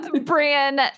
Brian